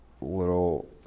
little